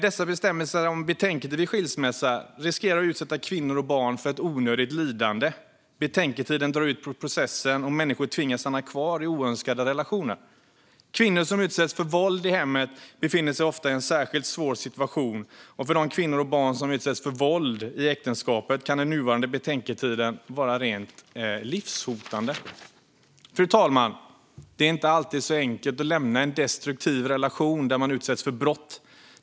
Dessa bestämmelser om betänketid vid skilsmässa riskerar att utsätta kvinnor och barn för ett onödigt lidande. Betänketiden drar ut på processen, och människor tvingas stanna kvar i oönskade relationer. Kvinnor som utsätts för våld i hemmet befinner sig ofta i en särskilt svår situation, och för de kvinnor och barn som utsätts för våld i äktenskapet kan den nuvarande betänketiden rent av vara livshotande. Fru talman! Det är inte alltid så enkelt att lämna en destruktiv relation där man utsätts för brott.